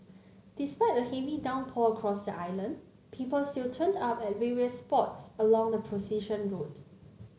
despite a heavy downpour across the island people still turned up at various spots along the procession route